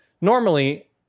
normally